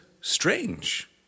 strange